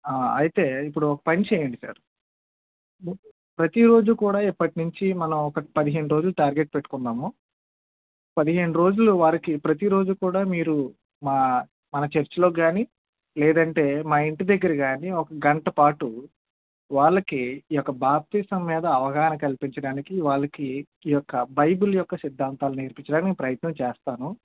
అయితే ఇప్పుడు ఒక పనిచెయ్యండి సార్ ప్రతీరోజు కూడా ఇప్పటి నుంచి మనం ఒక పదేహేను రోజులు టార్గెట్ పెట్టుకుందాము పదిహేను రోజులు వారికి ప్రతి రోజు కూడా మీరు మా మన చర్చిలోకి గానీ లేదంటే మా ఇంటి దగ్గరగానీ ఒక గంట పాటు వాళ్ళకి ఈ యొక్క బాప్తీసం మీద అవగాహన కల్పించడానికి వాళ్ళకి ఈ యొక్క బైబిల్ యొక్క సిద్దాంతాలు నేర్పించడానికి ప్రయత్నం చేస్తాను